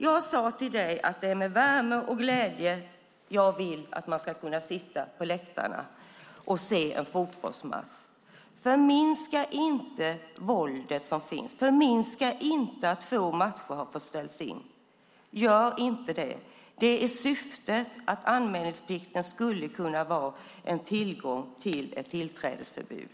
Jag sade till dig att det är med värme och glädje jag vill att man ska kunna sitta på läktarna och se en fotbollsmatch. Förminska inte det våld som finns! Förminska inte att två matcher har fått ställas in! Gör inte det! Det är syftet: att anmälningsplikten skulle kunna vara en tillgång till ett tillträdesförbud.